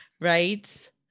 right